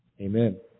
amen